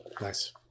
Nice